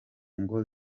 ngo